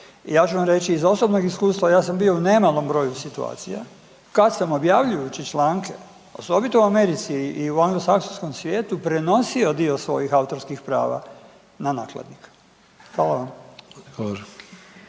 Ja ću vam reći iz osobnog iskustva, ja sam bio u nemalom broju situacija kada sam objavljujući članke, osobito u Americi i u anglosaksonskom svijetu prenosio dio svojih autorskih prava na nakladnika. Hvala vam.